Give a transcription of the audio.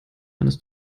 eines